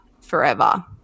forever